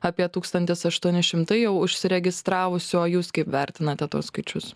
apie tūkstantis aštuoni šimtai jau užsiregistravusių o jūs kaip vertinate tuos skaičius